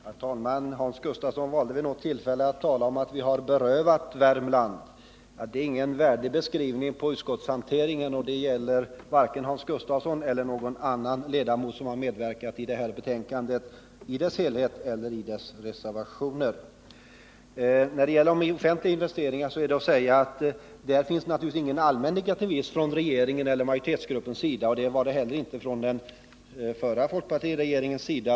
Herr talman! Hans Gustafsson valde vid något tillfälle att tala om att vi ”berövat” Värmland sysselsättning. Det är ingen värdig beskrivning av utskottets hantering av detta ärende. Det gäller både Hans Gustafsson och de andra ledamöter som medverkat i detta betänkande — vare sig de tillhör majoriteten eller reservanterna. När det gäller de offentliga investeringarna är att säga att det naturligtvis inte finns någon allmän negativism från regeringens eller majoritetens sida. Detta gäller även den förra folkpartiregeringen.